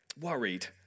worried